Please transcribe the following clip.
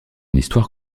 histoire